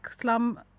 slum